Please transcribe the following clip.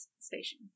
station